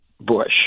Bush